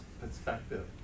perspective